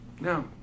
No